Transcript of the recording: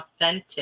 authentic